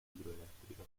idroelettrica